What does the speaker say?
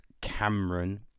Cameron